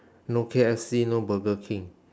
no K_F_C no burger king